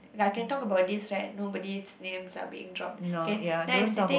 ya can talk about this right nobody's names are being dropped k then I sitting